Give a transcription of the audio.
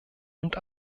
und